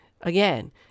again